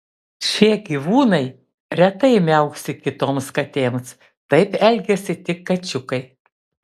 šie gyvūnai retai miauksi kitoms katėms taip elgiasi tik kačiukai